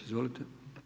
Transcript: Izvolite.